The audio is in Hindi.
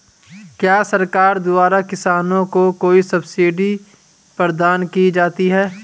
क्या सरकार द्वारा किसानों को कोई सब्सिडी प्रदान की जाती है?